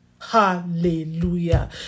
Hallelujah